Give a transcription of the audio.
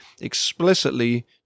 explicitly